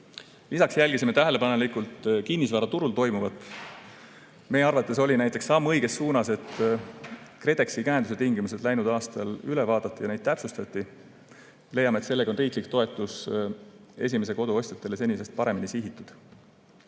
Lisaks jälgisime tähelepanelikult kinnisvaraturul toimuvat. Meie arvates oli näiteks samm õiges suunas, et KredExi käenduse tingimused läinud aastal üle vaadati ja neid täpsustati. Leiame, et sellega on riiklik toetus esimese kodu ostjatele senisest paremini sihitud.